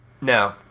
No